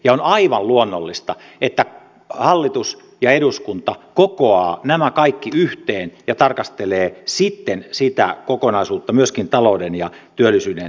on aivan luonnollista että hallitus ja eduskunta kokoavat nämä kaikki yhteen ja tarkastelevat sitten sitä kokonaisuutta myöskin talouden ja työllisyyden näkökulmasta